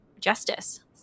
justice